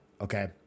Okay